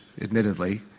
admittedly